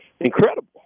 incredible